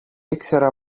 ήξερα